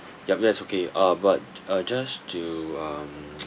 yup that's okay uh but uh just to um